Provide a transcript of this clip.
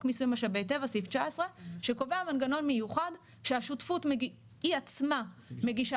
מיסוי משאבי טבע סעיף 19 שקובע מנגנון מיוחד שהשותפות היא עצמה מגישה